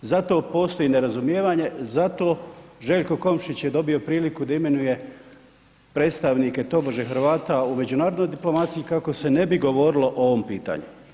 Zato postoji nerazumijevanje, zato Željko Komšić je dobio priliku da imenuje predstavnike tobože Hrvata u međunarodnoj diplomaciji kako se ne bi govorilo o ovom pitanju.